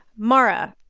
mara,